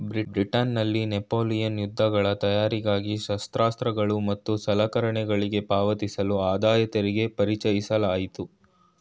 ಬ್ರಿಟನ್ನಲ್ಲಿ ನೆಪೋಲಿಯನ್ ಯುದ್ಧಗಳ ತಯಾರಿಗಾಗಿ ಶಸ್ತ್ರಾಸ್ತ್ರಗಳು ಮತ್ತು ಸಲಕರಣೆಗಳ್ಗೆ ಪಾವತಿಸಲು ಆದಾಯತೆರಿಗೆ ಪರಿಚಯಿಸಲಾಯಿತು